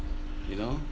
you know